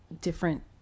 different